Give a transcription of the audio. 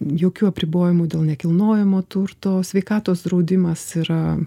jokių apribojimų dėl nekilnojamo turto sveikatos draudimas yra